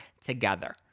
together